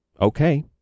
Okay